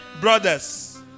brothers